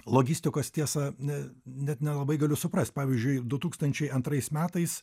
logistikos tiesa ne net nelabai galiu suprast pavyzdžiui du tūkstančiai antrais metais